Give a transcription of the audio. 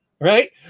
right